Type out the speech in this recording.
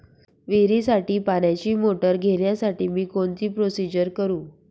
विहिरीसाठी पाण्याची मोटर घेण्यासाठी मी कोणती प्रोसिजर करु?